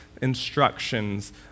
instructions